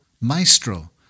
maestro